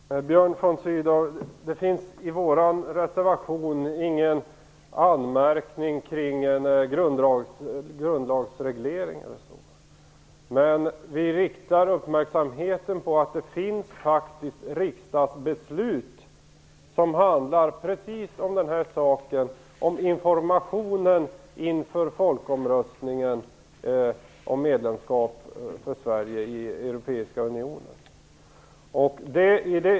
Herr talman! Björn von Sydow, det finns i vår reservation ingen anmärkning kring grundlagsregleringen. Men vi riktar uppmärksamhet på att det faktiskt finns riksdagsbeslut som handlar om precis den här saken, dvs. informationen inför folkomröstningen om medlemskap för Sverige i den europeiska unionen.